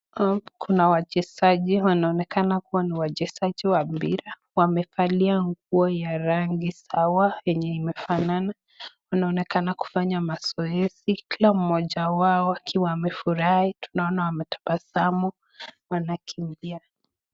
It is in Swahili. Hapa kuna wachezaji, kunaoneka kuwa ni wachezaji wa mpira, wamevalia nguo ya rangi sawa yenye imefanana, wanaonekana kufanya mazoezi , Kila moja wao akiwa amefurahi, tunaona ametabasamu manake